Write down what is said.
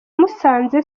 musanze